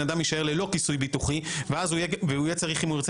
אדם יישאר ללא כיסוי ביטוחי והוא יהיה צריך אם הוא ירצה